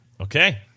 Okay